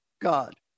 God